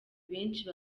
benshi